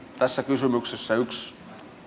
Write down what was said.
tässä kysymyksessä yksi